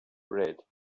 bread